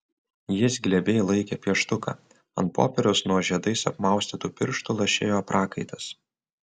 jis glebiai laikė pieštuką ant popieriaus nuo žiedais apmaustytų pirštų lašėjo prakaitas